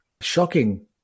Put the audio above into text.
shocking